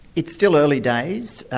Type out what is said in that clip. it's still early days.